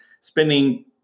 spending